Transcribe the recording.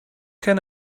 can